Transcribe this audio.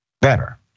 better